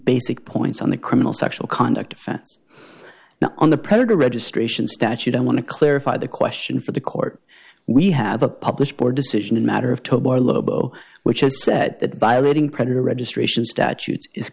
basic points on the criminal sexual conduct offense now on the predator registration statute i want to clarify the question for the court we have a published board decision in a matter of towbar lobo which has said that violating predator registration statutes is